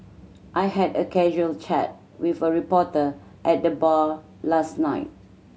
I had a casual chat with a reporter at the bar last night